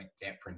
different